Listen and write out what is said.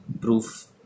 Proof